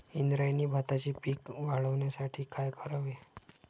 इंद्रायणी भाताचे पीक वाढण्यासाठी काय करावे?